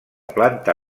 planta